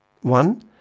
one